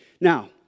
Now